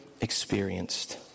experienced